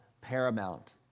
paramount